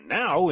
now